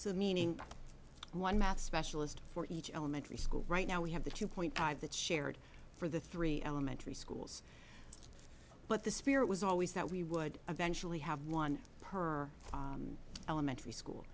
so meaning one math specialist for each elementary school right now we have the two point five that shared for the three elementary schools but the spirit was always that we would eventually have one her elementary school